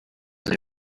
they